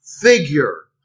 figure